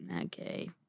okay